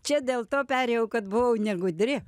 čia dėl to perėjau kad buvau negudri